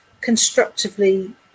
constructively